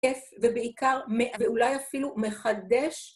כיף, ובעיקר, ואולי אפילו מחדש.